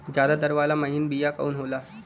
ज्यादा दर मन वाला महीन बिया कवन होला?